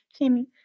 Kimmy